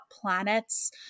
planets